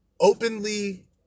openly